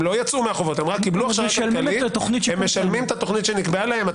הם משלמים את התוכנית שנקבעה להם,